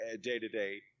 day-to-day